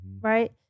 right